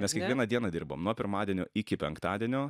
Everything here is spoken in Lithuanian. mes kiekvieną dieną dirbom nuo pirmadienio iki penktadienio